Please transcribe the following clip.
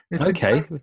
Okay